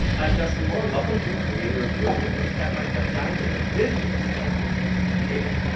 i'm justin moore. welcome to creator wizard, your step-by-step guide to the business of being a creator.